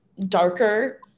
darker